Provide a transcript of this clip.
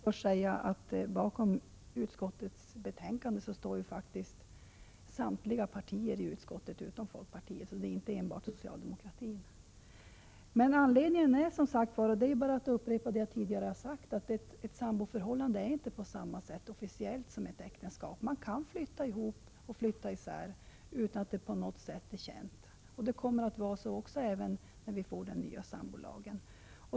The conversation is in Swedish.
Herr talman! Först vill jag säga att bakom utskottets betänkande står samtliga partier i utskottet utom folkpartiet, alltså inte enbart socialdemokratin. Jag kan bara upprepa vad jag tidigare sagt, att ett samboförhållande inte är officiellt på samma sätt som ett äktenskap. Man kan flytta ihop och flytta isär utan att det på något sätt är känt. Det kommer att vara så även när vi får den nya sambolagen.